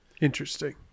interesting